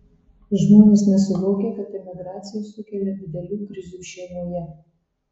žmonės nesuvokia kad emigracija sukelia didelių krizių šeimoje